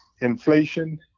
inflation